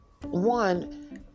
one